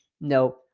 no